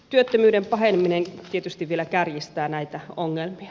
työttömyyden paheneminen tietysti vielä kärjistää näitä ongelmia